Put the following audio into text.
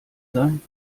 sein